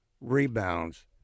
rebounds